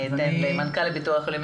אני אתן למנכ"ל הביטוח הלאומי,